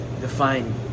define